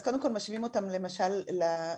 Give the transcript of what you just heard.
אז קודם כל משווים אותן למשל לאירופה.